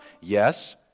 Yes